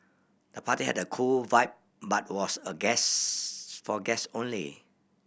the party had a cool vibe but was a guests for guests only